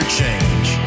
change